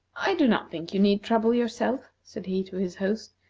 i do not think you need trouble yourself, said he to his host,